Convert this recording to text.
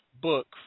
book